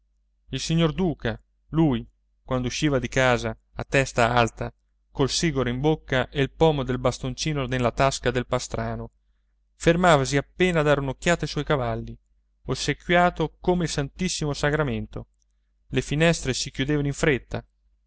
il signor duca lui quando usciva di casa a testa alta col sigaro in bocca e il pomo del bastoncino nella tasca del pastrano fermavasi appena a dare un'occhiata ai suoi cavalli ossequiato come il santissimo sagramento le finestre si chiudevano in fretta